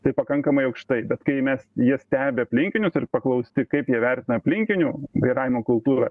tai pakankamai aukštai bet kai mes jie stebi aplinkinius ir paklausti kaip jie vertina aplinkinių vairavimo kultūrą